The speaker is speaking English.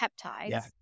peptides